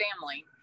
family